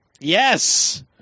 Yes